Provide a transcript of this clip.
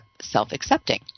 self-accepting